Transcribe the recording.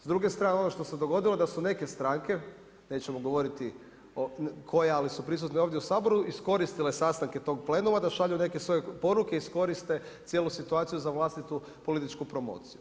S druge strane ono što se dogodilo da su neke stranke nećemo govoriti koje ali su prisutne ovdje u Saboru iskoristile sastanke tog plenuma da šalju neke svoje poruke i iskoriste cijelu situaciju za vlastitu političku promociju.